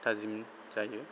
थाजिम जायो